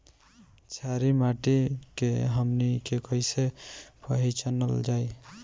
छारी माटी के हमनी के कैसे पहिचनल जाइ?